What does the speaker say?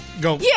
Go